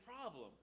problem